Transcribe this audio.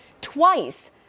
twice